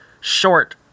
short